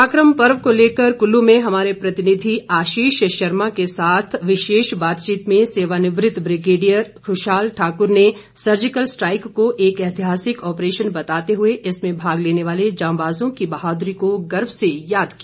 पराक्रम पर्व को लेकर कुल्लू में हमारे प्रतिनिधि आशीष शर्मा के साथ विशेष बातचीत में पत्रकारों से बातचीत में सेवानिवृत ब्रिगेडियर कुशाल ठाकुर ने सर्जिकल स्ट्राईक को एक एतिहासिक ऑपरेशन बताते हुए इसमें भाग लेने वाले जांबाजों की बहादुरी को गर्व से याद किया